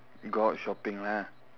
go out shopping lah